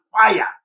fire